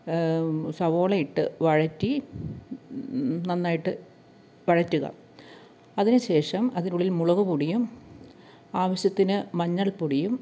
സവോള ഇട്ട് വഴറ്റി നന്നായിട്ടു വഴറ്റുക അതിനുശേഷം അതിനുള്ളിൽ മുളക് പൊടിയും ആവശ്യത്തിന് മഞ്ഞൾപ്പൊടിയും